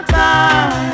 time